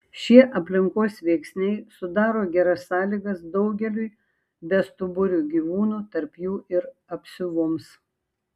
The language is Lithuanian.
šie aplinkos veiksniai sudaro geras sąlygas daugeliui bestuburių gyvūnų tarp jų ir apsiuvoms